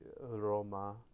Roma